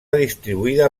distribuïda